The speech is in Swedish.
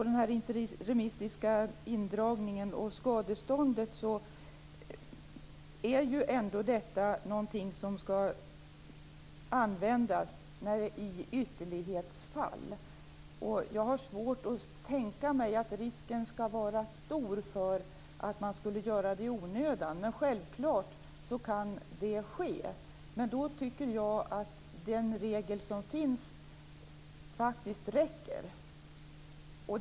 Den interimistiska indragningen och skadeståndet är ändå detta någonting som skall användas i ytterlighetsfall. Jag har svårt att tänka mig att risken är stor för att man skulle tillämpa det i onödan. Men självfallet kan det ske. Då tycker jag att det regel som finns räcker.